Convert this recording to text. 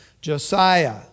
Josiah